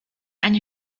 eine